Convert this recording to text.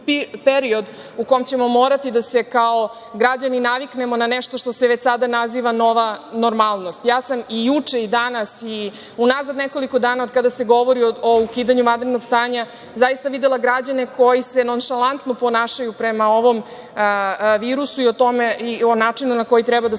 u kom ćemo morati da se kao građani naviknemo na nešto što se već sada naziva nova normalnost. Ja sam i juče i danas i unazad nekoliko dana od kada se govori o ukidanju vanrednog stanja zaista videla građane koji se nonšalantno ponašaju prema ovom virusu i o načinu na koji treba da se